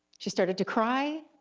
she started to cry,